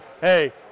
hey